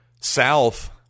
south